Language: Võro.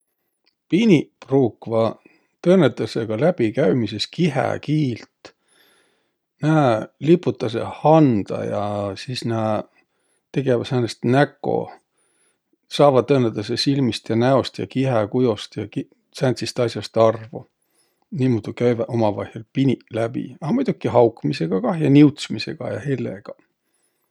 Piniq pruukvaq tõõnõtõõsõga läbikäümises kihäkiilt. Nääq liputasõq handa ja sis nääq tegeväq säänest näko. Saavaq tõõnõtõõsõ silmist ja näost ja kihäkujost ja ki- sääntsist as'ost arvo. Niimuudu käüväq umavaihõl piniq läbi. A muidoki haukmisõga kah ja niutsmisõga ja hellegaq.